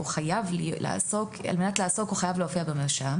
על מנת לעסוק הוא חייב להופיע במרשם.